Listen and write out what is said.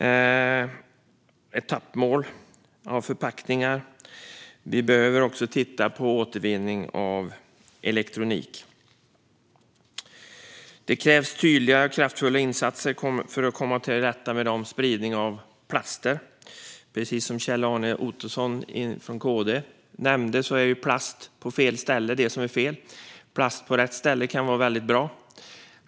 Vi tittar på etappmål för förpackningar. Vi behöver också titta på återvinning av elektronik. Det krävs tydliga, kraftfulla insatser för att komma till rätta med spridningen av plaster. Precis som Kjell-Arne Ottosson från KD nämnde är det plast på fel ställe som är fel. Plast på rätt ställe kan vara väldigt bra.